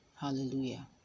Hallelujah